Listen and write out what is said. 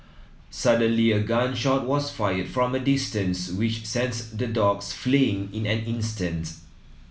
suddenly a gun shot was fired from a distance which sent the dogs fleeing in an instant